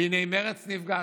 הינה מרצ נפגעת.